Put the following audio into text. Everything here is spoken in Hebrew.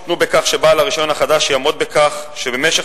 הותנו בכך שבעל הרשיון החדש יעמוד בכך במשך